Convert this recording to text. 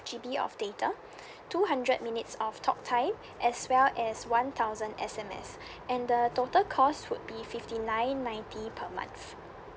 G_B of data two hundred minutes of talk time as well as one thousand S_M_S and the total cost would be fifty nine ninety per month